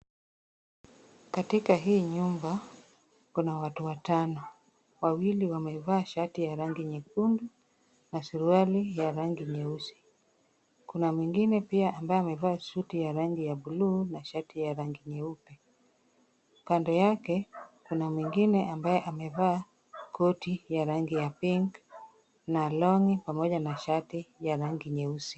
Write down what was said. Katika hii nyumba kuna watu watano. Wawili wamevaa shati ya rangi nyekundu na suruali ya rangi nyeusi. Kuna mwingine pia ambaye amevaa suti ya rangi ya buluu na shati ya rangi nyeupe. Kando yake, kuna mwingine ambaye amevaa koti ya rangi ya pink na long'i pamoja na shati ya rangi nyeusi.